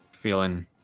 Feeling